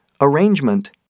Arrangement